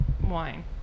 wine